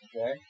okay